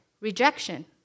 rejection